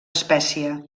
espècie